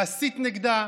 להסית נגדה,